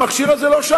המכשיר הוא לא זה,